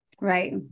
Right